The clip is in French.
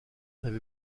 n’avez